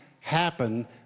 happen